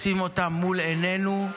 לשים אותם מול עינינו,